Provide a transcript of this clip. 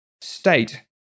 state